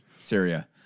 Syria